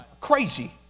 Crazy